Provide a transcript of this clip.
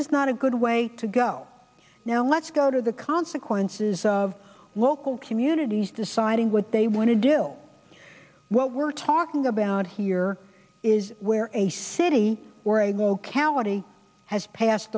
is not a good way to go now let's go to the consequences of local communities deciding what they want to do what we're talking about here is where a city or a locality has passed